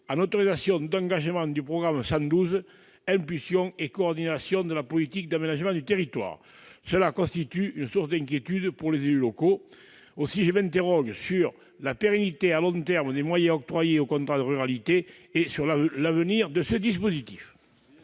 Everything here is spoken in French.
en autorisations d'engagement du programme 112, « Impulsion et coordination de la politique d'aménagement du territoire ». Cela constitue une source d'inquiétude pour les élus locaux. Aussi, je m'interroge sur la pérennité à long terme des moyens octroyés aux contrats de ruralité et sur l'avenir de ce dispositif.